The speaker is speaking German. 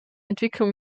entwicklung